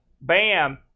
Bam